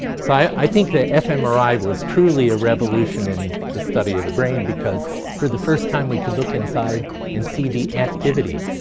so i think that fmri was truly a revolution in the study of the brain, because for the first time we could look inside and see the activity.